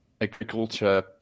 agriculture